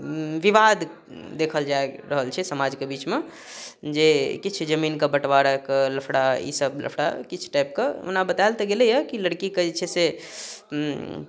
विवाद देखल जा रहल छै समाजके बीचमे जे किछु जमीनके बटवाराके लफड़ा ई सब लफड़ा किछु टाइपके ओना बतायल तऽ गेलैय कि लड़कीके जे छै से